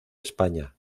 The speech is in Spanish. españa